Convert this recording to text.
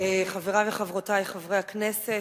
חברי וחברותי חברי הכנסת,